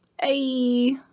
hey